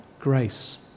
grace